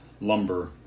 lumber